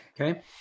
Okay